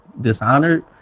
Dishonored